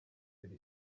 kelly